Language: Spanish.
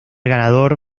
ganador